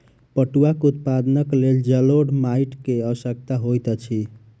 पटुआक उत्पादनक लेल जलोढ़ माइट के आवश्यकता होइत अछि